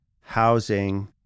housing